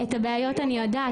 את הבעיות אני יודעת,